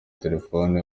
telefoni